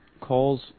calls